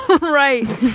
Right